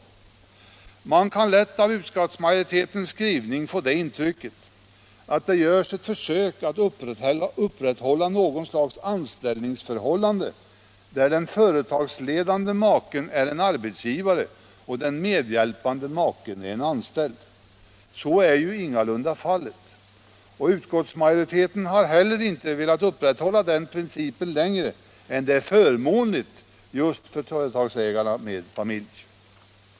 Man kan av utskottsmajoritetens skrivning lätt få det intrycket att det görs ett försök att upprätthålla något slags anställningsförhållande, där den företagsledande maken är arbetsgivare och den medhjälpande maken är anställd. Så är ju ingalunda fallet, och utskottsmajoriteten har heller inte velat upprätthålla den principen längre än som är förmånligt för företagsägaren med familj.